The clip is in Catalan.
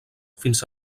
fins